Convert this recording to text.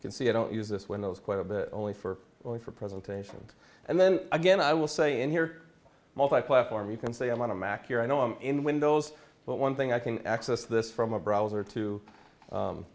boring can see i don't use this windows quite a bit only for only for presentations and then again i will say in here multiplatform you can say i'm on a mac here i know i'm in windows but one thing i can access this from a browser to